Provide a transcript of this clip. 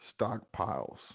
stockpiles